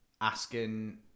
asking